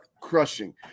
crushing